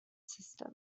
system